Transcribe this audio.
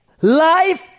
Life